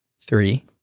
Three